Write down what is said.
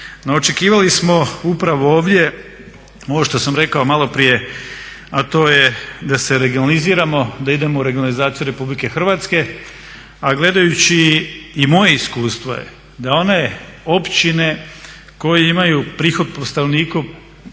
očekivali smo upravo ovdje ono što sam rekao maloprije, a to je da se regionaliziramo, da idemo u regionalizaciju Republike Hrvatske. A gledajući i moje iskustvo je da one općine koje imaju prihod po stanovniku